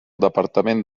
departament